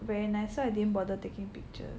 very nice so I didn't bother taking pictures